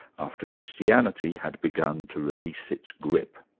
after christianity had begun to release its grip.